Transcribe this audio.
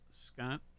Scott